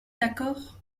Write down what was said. d’accord